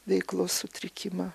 veiklos sutrikimą